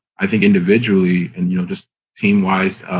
i think, individually and, you know, just team wise,